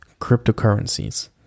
cryptocurrencies